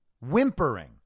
whimpering